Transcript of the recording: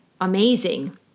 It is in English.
amazing